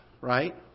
Right